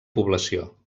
població